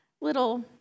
little